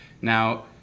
Now